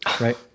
right